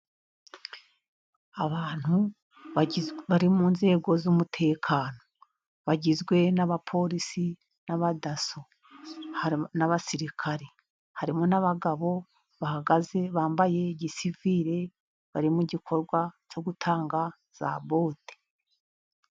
Abantu bari mu nzego z'umutekano, bagizwe n'abaporisi n'abadaso, n'abasirikari, harimo n'abagabo bahagaze, bambaye gisivire, bari mu gikorwa cyo gutanga za bote.